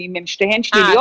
ואם הן שתיהן שליליות,